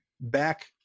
back